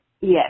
Yes